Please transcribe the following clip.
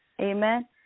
Amen